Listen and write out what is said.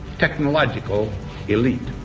technological elite.